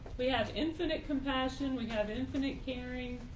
we have infinite compassion, we have infinite caring,